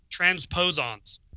Transposons